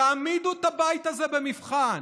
תעמידו את הבית הזה במבחן.